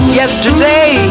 yesterday